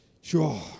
Sure